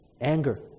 Anger